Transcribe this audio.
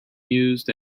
used